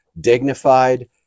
dignified